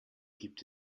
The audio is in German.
gibt